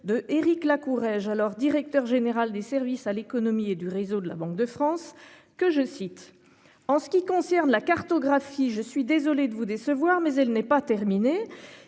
de Eric là Courrèges alors directeur général des services à l'économie et du réseau de la Banque de France que je cite en ce qui concerne la cartographie. Je suis désolé de vous décevoir mais elle n'est pas terminée.